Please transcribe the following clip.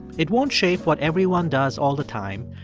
it won't shape what everyone does all the time,